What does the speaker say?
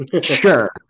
sure